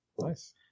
Nice